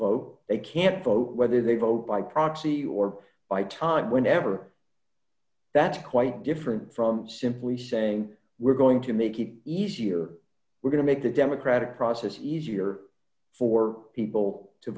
vote they can't vote whether they vote by proxy or by time whenever that's quite different from simply saying we're going to make it easier we're going to make the democratic process easier for people to